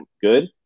good